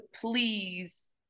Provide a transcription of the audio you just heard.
please